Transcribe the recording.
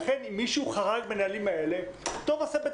לכן אם מישהו חרג מן הנהלים האלה טוב עושה בית